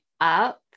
up